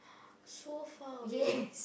so far away